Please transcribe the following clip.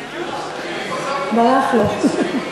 ברח לו.